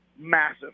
massive